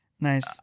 Nice